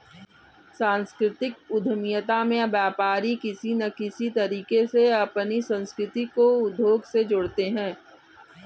सांस्कृतिक उद्यमिता में व्यापारी किसी न किसी तरीके से अपनी संस्कृति को उद्योग से जोड़ते हैं